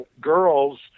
girls